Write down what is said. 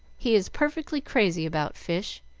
he is perfectly crazy about fish,